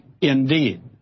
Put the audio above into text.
indeed